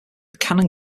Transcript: canon